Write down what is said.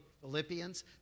Philippians